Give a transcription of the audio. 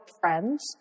friends